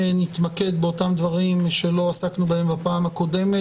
נתמקד באותם דברים שלא עסקנו בהם בפעם הקודמת